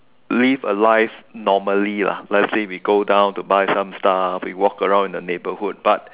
live a life normally lah let's say we go down to buy some stuff we walk around in the neighbourhood but